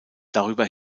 darüber